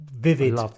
vivid